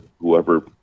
whoever